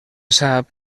sap